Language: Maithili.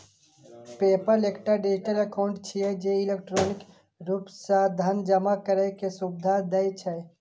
पेपल एकटा डिजिटल एकाउंट छियै, जे इलेक्ट्रॉनिक रूप सं धन जमा करै के सुविधा दै छै